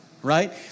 Right